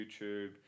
youtube